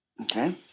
Okay